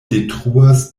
detruas